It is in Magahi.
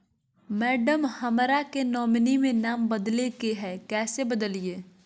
मैडम, हमरा के नॉमिनी में नाम बदले के हैं, कैसे बदलिए